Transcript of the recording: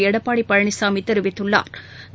எடப்பாடிபழனிசாமிதெரிவித்துள்ளாா்